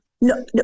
No